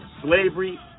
slavery